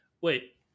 Wait